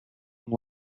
them